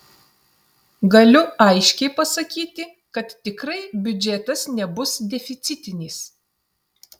galiu aiškiai pasakyti kad tikrai biudžetas nebus deficitinis